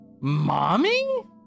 mommy